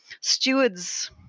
stewards